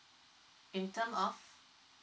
in term of